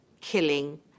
killing